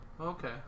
Okay